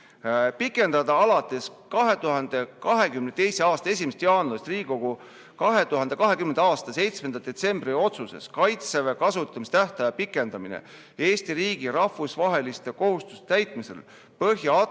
"Pikendada alates 2022. aasta 1. jaanuarist Riigikogu 2020. aasta 7. detsembri otsuses "Kaitseväe kasutamise tähtaja pikendamine Eesti riigi rahvusvaheliste kohustuste täitmisel Põhja-Atlandi